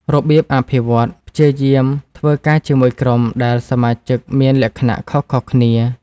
របៀបអភិវឌ្ឍន៍ ព្យាយាមធ្វើការជាមួយក្រុមដែលសមាជិកមានលក្ខណៈខុសៗគ្នា។